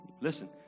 listen